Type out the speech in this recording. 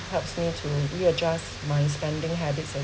helps me to readjust my spending habits as